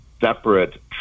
separate